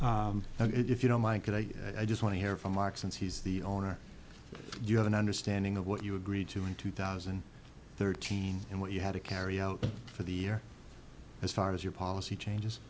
and if you don't like it i just want to hear from mark since he's the owner you have an understanding of what you agreed to in two thousand and thirteen and what you had to carry out for the year as far as your policy changes